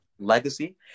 legacy